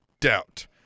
doubt